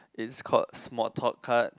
is called small thought card